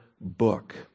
book